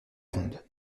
ronde